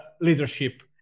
leadership